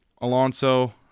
Alonso